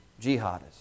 jihadists